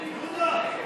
נגד יואב גלנט,